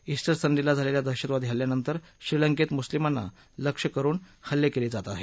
Easter संडेला झालेल्या दहशतवादी हल्ल्यानंतर श्रीलंकेत मुस्लीमांना लक्ष्य करुन हल्ले केले जात आहेत